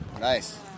Nice